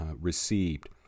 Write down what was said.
received